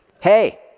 Hey